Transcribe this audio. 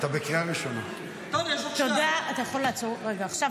חבר הכנסת גלעד קריב, אתה בקריאה ראשונה.